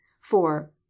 four